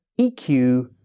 EQ